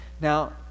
now